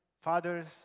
fathers